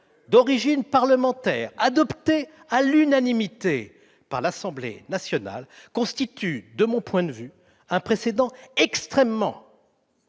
d'origine parlementaire adoptée à l'unanimité par l'Assemblée nationale constitue, de mon point de vue, un précédent extrêmement